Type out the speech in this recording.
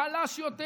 חלש יותר,